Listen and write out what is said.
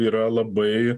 yra labai